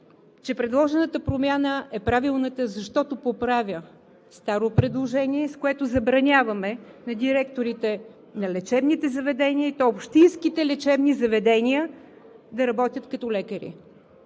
че предложената промяна е правилната, защото поправя старо предложение, с което забраняваме на директорите на лечебните заведения, и то на общинските лечебни заведения, да работят като лекари.